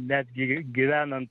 netgi gyvenant